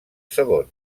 segon